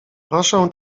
proszę